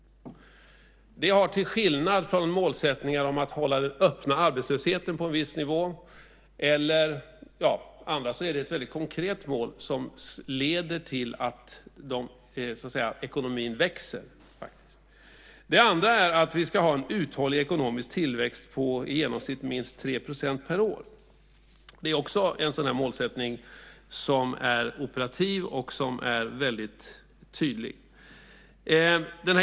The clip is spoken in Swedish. Det är, till skillnad från målen om att hålla den öppna arbetslösheten på en viss nivå, ett konkret mål som leder till att ekonomin växer. Det andra är att vi ska ha en uthållig ekonomisk tillväxt på i genomsnitt minst 3 % per år. Det är också ett mål som är operativt och tydligt.